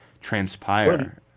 transpire